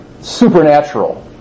supernatural